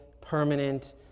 permanent